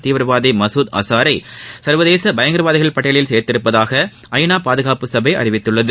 தீவிரவாதி மசூத் அசாரை சர்வதேச பயங்கரவாதிகள் பட்டியலில் சேர்த்தள்ளதாக ஐ நா பாதுகாப்பு சபை அறிவித்துள்ளது